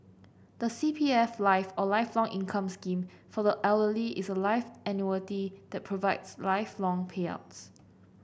the C P F Life or Lifelong Income Scheme for the Elderly is a life annuity that provides lifelong payouts